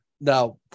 Now